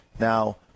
Now